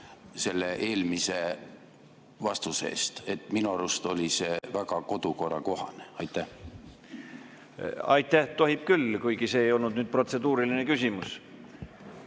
selle eelmise vastuse eest. Minu arust oli see väga kodukorrakohane. Aitäh! Tohib küll. Kuigi see ei olnud protseduuriline küsimus.